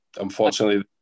Unfortunately